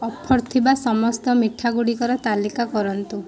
offer ଥିବା ସମସ୍ତ ମିଠା ଗୁଡ଼ିକର ତାଲିକା କରନ୍ତୁ